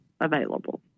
available